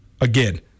again